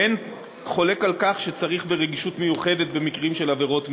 אין חולק על כך שצריך רגישות מיוחדת במקרים של עבירות מין,